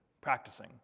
practicing